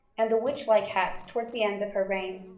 and the witch-like hats towards the end of her reign.